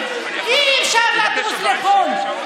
אי-אפשר לטוס לחו"ל,